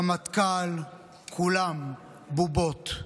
רמטכ"ל, כולם בובות.